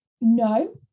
no